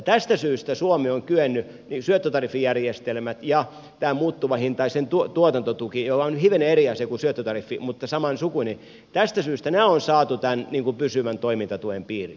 tästä syystä suomi on kyennyt tämä muuttuvahintainen tuotantotuki on hivenen eri asia kuin syöttötariffi mutta samansukuinen saamaan tämän pysyvän toimintatuen piiriin